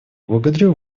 благодарю